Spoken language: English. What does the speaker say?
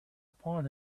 upon